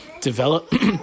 develop